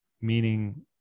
meaning